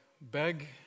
beg